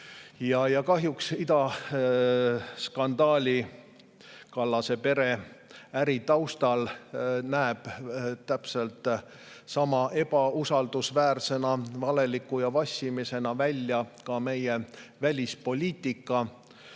Kahjuks idaskandaali ja Kallase pereäri taustal näeb täpselt samamoodi ebausaldusväärsena, valeliku ja vassimisena välja ka meie välispoliitika.